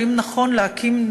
האם נכון להקים,